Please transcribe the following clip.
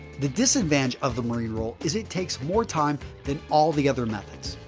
the disadvantage of the marine roll is it takes more time than all the other methods.